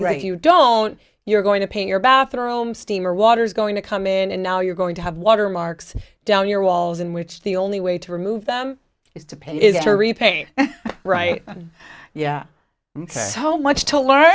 right you don't you're going to paint your bathroom steamer water is going to come in and now you're going to have water marks down your walls in which the only way to remove them is to pay it to repaint right yeah so much to learn